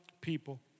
people